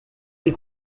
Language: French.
des